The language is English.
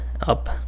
up